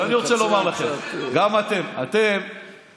אבל אני רוצה לומר לכם, אתם תחליטו.